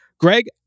Greg